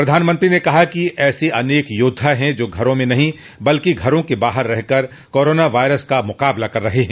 प्रधानमंत्री ने कहा कि ऐसे अनेक योद्वा हैं जो घरों में नहीं बल्कि घरों के बाहर रहकर कोरोना वायरस का मुकाबला कर रहे हैं